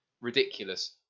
ridiculous